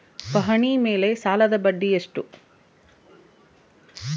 ಪಹಣಿ ಮೇಲೆ ಸಾಲದ ಬಡ್ಡಿ ಎಷ್ಟು?